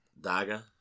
Daga